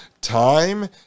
time